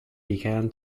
began